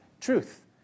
Truth